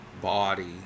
body